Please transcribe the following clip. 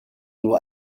nur